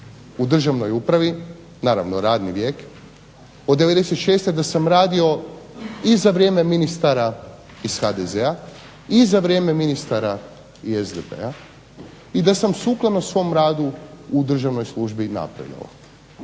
u državnoj upravi, naravno radni vijek, od 96. da sam radio i za vrijeme ministara iz HDZ-a i za vrijeme ministara SDP-a, i da sam sukladno svom radu u državnoj službi napredovao.